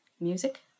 music